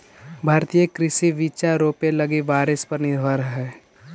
भारतीय कृषि बिचा रोपे लगी बारिश पर निर्भर हई